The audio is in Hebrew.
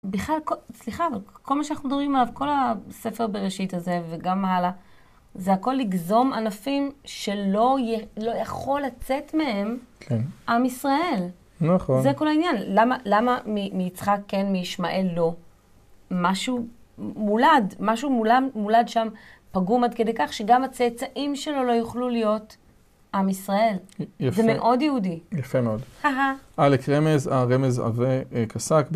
בכלל, סליחה, אבל כל מה שאנחנו מדברים עליו, כל הספר בראשית הזה, וגם הלאה, זה הכל לגזום ענפים שלא יכול לצאת מהם עם ישראל. נכון. זה כל העניין. למה מיצחק כן, מישמעאל לא? משהו מולד, משהו מולד שם, פגום עד כדי כך, שגם הצאצאים שלו לא יוכלו להיות עם ישראל. יפה. זה מאוד יהודי. יפה מאוד. אהה. אלף, רמז... רמז עבה כשק